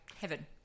Heaven